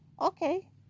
okay